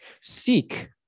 Seek